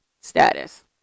status